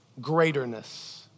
greaterness